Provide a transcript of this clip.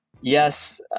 yes